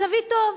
מצבי טוב.